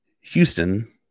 Houston